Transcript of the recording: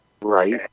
right